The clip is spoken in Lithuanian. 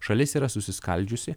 šalis yra susiskaldžiusi